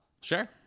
Sure